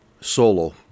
solo